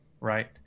right